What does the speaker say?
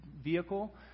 vehicle